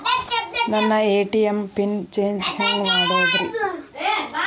ನನ್ನ ATM pin change ಹೆಂಗ್ ಮಾಡೋದ್ರಿ?